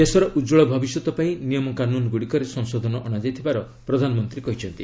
ଦେଶର ଉଜ୍ଜଳ ଭବିଷ୍ୟତ ପାଇଁ ନିୟମକାନୁନ ଗୁଡ଼ିକରେ ସଂଶୋଧନ ଅଣାଯାଇଥିବାର ପ୍ରଧାନମନ୍ତ୍ରୀ କହିଛନ୍ତି